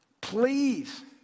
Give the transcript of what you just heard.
please